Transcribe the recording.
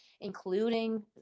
including